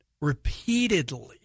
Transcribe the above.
repeatedly